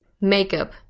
Makeup